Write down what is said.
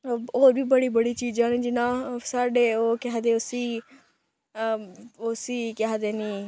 होर बी बड़ी बड़ी चीजां न जिन्ना साढ़े ओह् केह् आखदे उस्सी उस्सी केह् आखदे निं